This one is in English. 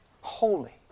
holy